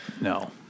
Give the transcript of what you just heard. No